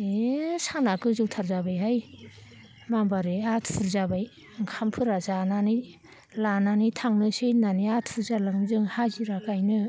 ए साना गोजौथार जाबायहाय माबारै आथुर जाबाय ओंखामफोरा जानानै लानानै थांनोसै होननानै आथुर जालाङो जों हाजिर गायनो